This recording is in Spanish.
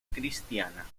cristiana